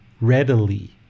readily